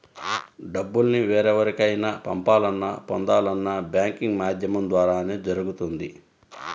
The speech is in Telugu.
డబ్బుల్ని వేరెవరికైనా పంపాలన్నా, పొందాలన్నా బ్యాంకింగ్ మాధ్యమం ద్వారానే జరుగుతుంది